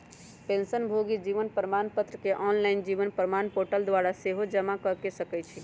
पेंशनभोगी जीवन प्रमाण पत्र के ऑनलाइन जीवन प्रमाण पोर्टल द्वारा सेहो जमा कऽ सकै छइ